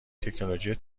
تکنولوژی